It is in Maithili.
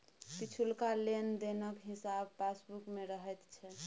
पिछुलका लेन देनक हिसाब पासबुक मे रहैत छै